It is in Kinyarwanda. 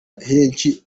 henshi